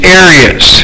areas